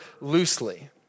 loosely